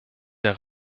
der